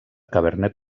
cabernet